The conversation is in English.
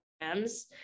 programs